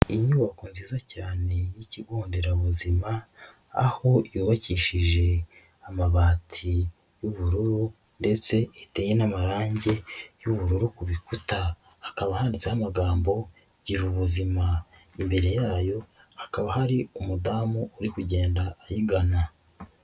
Inyubako nziza cyane y'ikigo nderabuzima aho yubakishije amabati y'ubururu ndetse iteye n'amarangi y'ubururu, ku bikuta hakaba handitseho amagambo gira ubuzima imbere yayo hakaba hari umudamu uri kugenda ayigana.